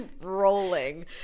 rolling